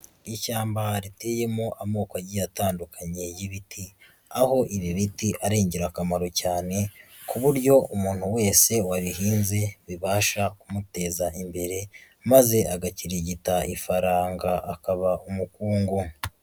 Ishyamba riteyemo amoko agiye atandukanye y'ibiti, aho ibi biti ari ingirakamaro cyane, ku buryo umuntu wese wabihinze bibasha kumuteza imbere, maze agakirigita ifaranga akaba umukungu.